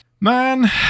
man